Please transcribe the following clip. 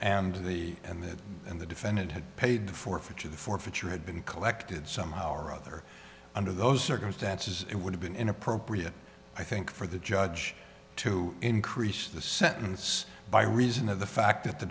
and the and that and the defendant had paid forfeiture the forfeiture had been collected somehow or other under those circumstances it would have been inappropriate i think for the judge to increase the sentence by reason of the fact that the